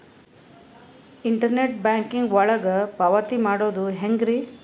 Internet banking ಒಳಗ ಪಾವತಿ ಮಾಡೋದು ಹೆಂಗ್ರಿ?